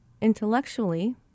Intellectually